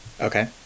Okay